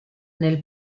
nel